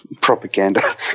propaganda